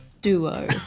duo